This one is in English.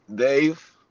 Dave